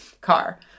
car